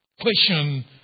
question